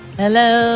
hello